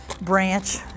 branch